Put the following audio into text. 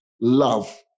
love